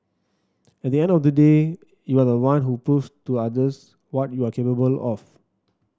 at the end of the day you are the one who proves to others what you are capable of